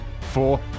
Four